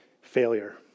failure